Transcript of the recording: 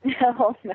No